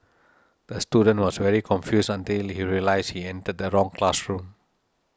the student was very confused until he realised he entered the wrong classroom